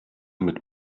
mit